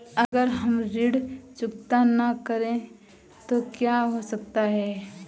अगर हम ऋण चुकता न करें तो क्या हो सकता है?